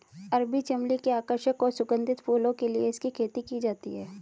अरबी चमली की आकर्षक और सुगंधित फूलों के लिए इसकी खेती की जाती है